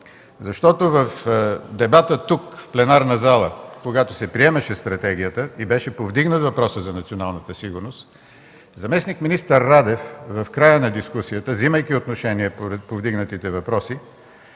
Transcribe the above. Защото в дебата в пленарната зала, когато се приемаше стратегията и беше повдигнат въпросът за националната сигурност заместник-министър Радев в края на дискусията, взимайки отношение по повдигнатите въпроси,